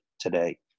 today